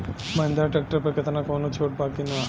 Mahindra tractor पर केतना कौनो छूट बा कि ना?